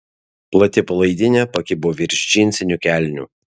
plati palaidinė pakibo virš džinsinių kelnių